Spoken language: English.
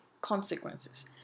consequences